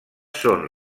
són